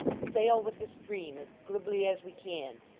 sail with the stream as glibly as we can,